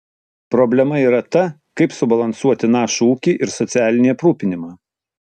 problema yra ta kaip subalansuoti našų ūkį ir socialinį aprūpinimą